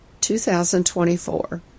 2024